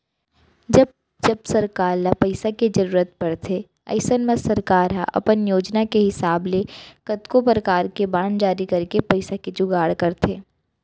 जब जब सरकार ल पइसा के जरूरत परथे अइसन म सरकार ह अपन योजना के हिसाब ले कतको परकार के बांड जारी करके पइसा के जुगाड़ करथे